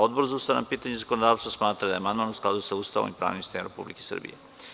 Odbor za ustavna pitanja i zakonodavstvo smatra da je amandman u skladu sa Ustavom i pravnim sistemom Republike Srbije.